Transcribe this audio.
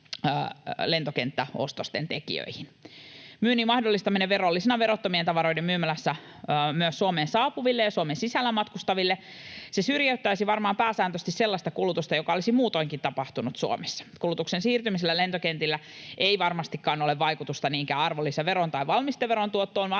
lentokenttäostosten tekijöihin. Myynnin mahdollistaminen verollisena verottomien tavaroiden myymälässä myös Suomeen saapuville ja Suomen sisällä matkustaville syrjäyttäisi varmaan pääsääntöisesti sellaista kulutusta, joka olisi muutoinkin tapahtunut Suomessa. Kulutuksen siirtymisellä lentokentille ei varmastikaan ole vaikutusta niinkään arvonlisäveron tai valmisteveron tuottoon,